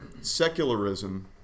secularism